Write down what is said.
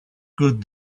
good